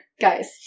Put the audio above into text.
guys